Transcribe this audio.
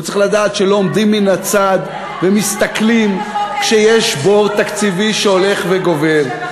הוא צריך לדעת שלא עומדים מן הצד ומסתכלים כשיש בור תקציבי שהולך וגדל.